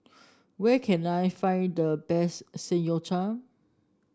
where can I find the best Samgeyopsal